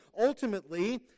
ultimately